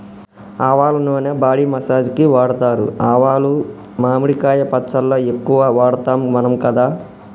ఆవల నూనె body massage కి వాడుతారు ఆవాలు మామిడికాయ పచ్చళ్ళ ఎక్కువ వాడుతాం మనం కదా